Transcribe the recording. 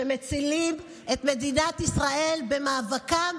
שמצילים את מדינת ישראל במאבקם,